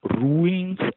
ruins